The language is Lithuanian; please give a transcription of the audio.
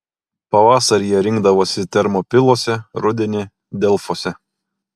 pavasarį jie rinkdavosi termopiluose rudenį delfuose